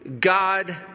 God